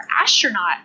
astronaut